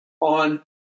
on